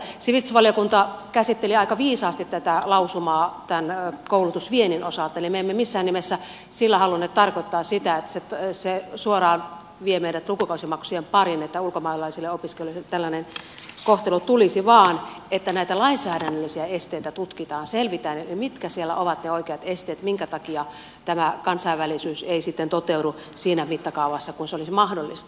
sivistysvaliokunta käsitteli aika viisaasti tätä lausumaa tämän koulutusviennin osalta eli me emme missään nimessä sillä halunneet tarkoittaa sitä että se suoraan vie meidät lukukausimaksujen pariin että ulkomaalaisille opiskelijoille tällainen kohtelu tulisi vaan että näitä lainsäädännöllisiä esteitä tutkitaan selvitetään mitkä siellä ovat ne oikeat esteet minkä takia tämä kansainvälisyys ei sitten toteudu siinä mittakaavassa missä se olisi mahdollista